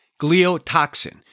gliotoxin